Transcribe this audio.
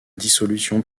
dissolution